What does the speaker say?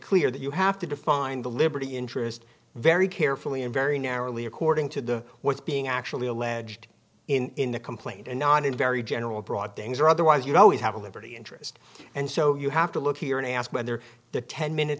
clear that you have to define the liberty interest very carefully and very narrowly according to what's being actually alleged in the complaint and not in very general broad danger otherwise you'd always have a liberty interest and so you have to look here and ask whether the ten minute